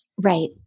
Right